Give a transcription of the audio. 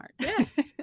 Yes